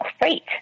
great